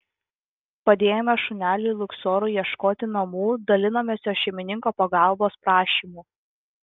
padėjome šuneliui luksorui ieškoti namų dalinomės jo šeimininko pagalbos prašymu